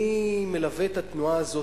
אני מלווה את התנועה הזאת.